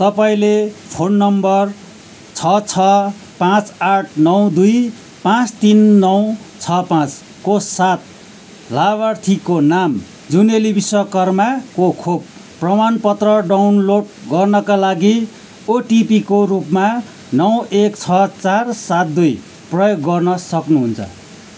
तपाईँले phone number छ छ पाँच आठ नौ दुई पाँच तिन नौ छ पाँचको साथ लाभार्थीको नाम जुनेली विश्वकर्माको खोप प्रमाण पत्र डाउनलोड गर्नाका लागि ओटिपीको रूपमा नौ एक छ चार सात दुई प्रयोग गर्न सक्नुहुन्छ